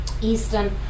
Eastern